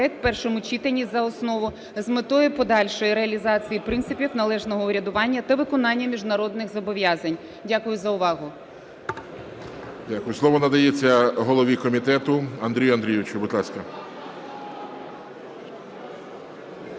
Дякую за увагу.